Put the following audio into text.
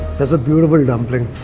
that's a beautiful dumpling.